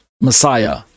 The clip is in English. Messiah